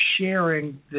sharing